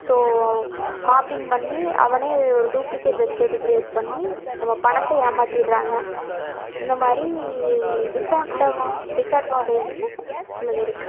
so mapping பண்ணி அவனே ஒரு டூப்ளிகெட் வெப்சைட்டை கிரியேட் பண்ணி நம்ம பணத்தை ஏமாற்றிட்றாங்க இந்த மாதிரி டிஸ்அன்டவான் டிஸ்அட்வான்டேஜ்ன்னு சிலது இருக்கு